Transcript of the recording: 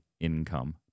income